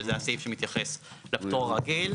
שזה הסעיף שמתייחס לפטור הרגיל.